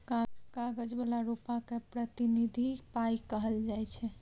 कागज बला रुपा केँ प्रतिनिधि पाइ कहल जाइ छै